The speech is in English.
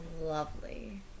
Lovely